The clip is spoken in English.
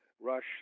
Rush